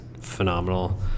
phenomenal